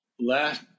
Last